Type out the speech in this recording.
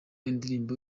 indirimbo